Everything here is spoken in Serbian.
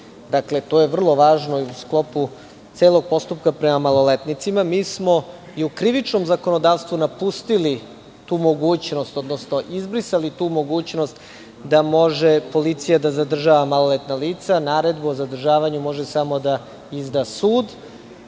lica. To je vrlo važno i u sklopu celog postupka prema maloletnicima. Mi smo i u Krivičnom zakonodavstvu napustili tu mogućnost, odnosno izbrisali tu mogućnost da može policija da zadržava maloletna lica. Naredbu o zadržavanju može samo da izda sud,